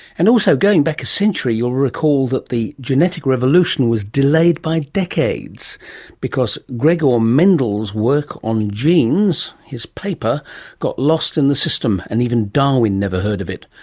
and also going back a century, you'll recall that the genetic revolution was delayed by decades because gregor mendel's work on genes, his paper got lost in the system and even darwin never heard of it.